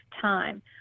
time